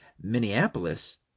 Minneapolis